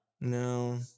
no